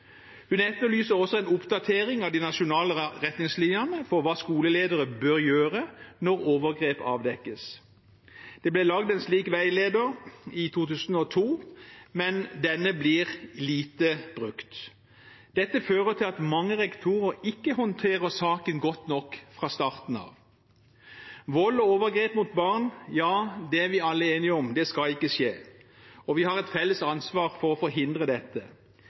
Hun etterlyser også en oppdatering av de nasjonale retningslinjene for hva skoleledere bør gjøre når overgrep avdekkes. Det ble laget en slik veileder i 2002, men denne blir lite brukt. Dette fører til at mange rektorer ikke håndterer saken godt nok fra starten av. Vold og overgrep mot barn er vi alle enige om ikke skal skje. Vi har et felles ansvar for å forhindre dette.